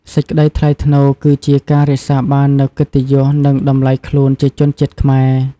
សេចក្តីថ្លៃថ្នូរគឺជា ការរក្សាបាននូវកិត្តិយស និងតម្លៃខ្លួនជាជនជាតិខ្មែរ។